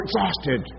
exhausted